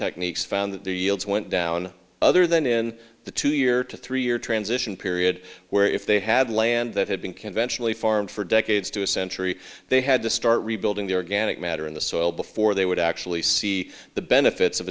techniques found that the yields went down other than in the two year to three year transition period where if they had land that had been conventionally farmed for decades to a century they had to start rebuilding the organic matter in the soil before they would actually see the benefits of